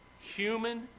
human